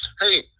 Hey